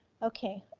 okay,